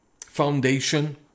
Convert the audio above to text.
foundation